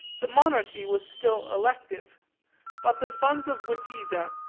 the monarchy was still elective but the sons of witiza,